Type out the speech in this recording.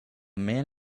man